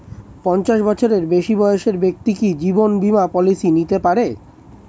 পঞ্চাশ বছরের বেশি বয়সের ব্যক্তি কি জীবন বীমা পলিসি নিতে পারে?